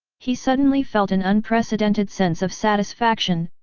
he suddenly felt an unprecedented sense of satisfaction,